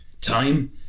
Time